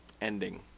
ending